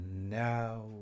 now